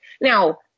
Now